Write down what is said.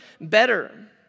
better